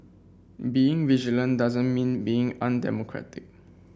being vigilant doesn't mean being undemocratic